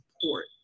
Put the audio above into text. support